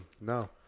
No